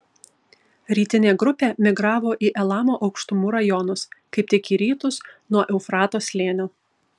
rytinė grupė migravo į elamo aukštumų rajonus kaip tik į rytus nuo eufrato slėnio